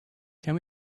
can